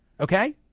Okay